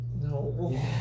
no